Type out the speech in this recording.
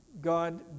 God